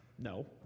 No